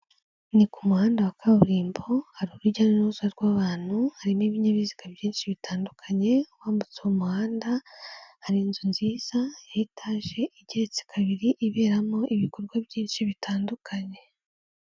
Ni ku muhanda wa kaburimbo, hari urujya n'uruza rw'abantu, hari n'ibinyabiziga byinshi bitandukanye. Wambutse uwo umuhanda, hari inzu nziza, ya etage, igeretse kabiri, iberamo ibikorwa byinshi bitandukanye.